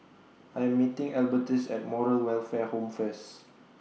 I Am meeting Albertus At Moral Welfare Home First